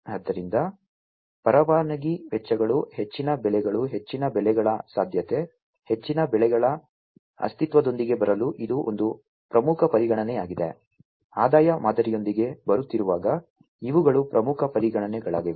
ಆದ್ದರಿಂದ ಪರವಾನಗಿ ವೆಚ್ಚಗಳು ಹೆಚ್ಚಿನ ಬೆಲೆಗಳು ಹೆಚ್ಚಿನ ಬೆಲೆಗಳ ಸಾಧ್ಯತೆ ಹೆಚ್ಚಿನ ಬೆಲೆಗಳ ಅಸ್ತಿತ್ವದೊಂದಿಗೆ ಬರಲು ಇದು ಒಂದು ಪ್ರಮುಖ ಪರಿಗಣನೆಯಾಗಿದೆ ಆದಾಯ ಮಾದರಿಯೊಂದಿಗೆ ಬರುತ್ತಿರುವಾಗ ಇವುಗಳು ಪ್ರಮುಖ ಪರಿಗಣನೆಗಳಾಗಿವೆ